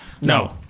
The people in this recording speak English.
No